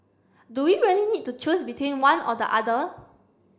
do we really need to choose between one or the other